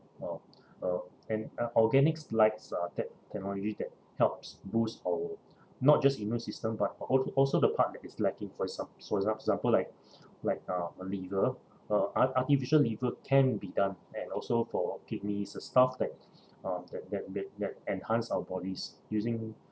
um um an o~ organics likes uh tech~ technology that helps boost our not just immune system by al~ also the part that is lacking for exam~ exam~ example like like uh a liver uh ar~ artificial liver can be done and also for kidneys uh stuff like uh that that that that enhance our bodies using